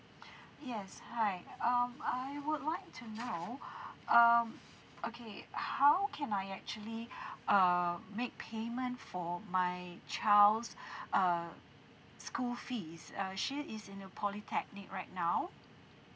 yes hi um I would like to know um okay how can I actually err make payment for my child's uh school fees uh she is in a polytechnic right now